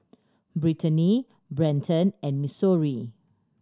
Britany Brenton and Missouri